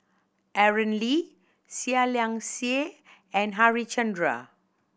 Aaron Lee Seah Liang Seah and Harichandra